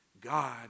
God